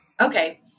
Okay